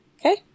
Okay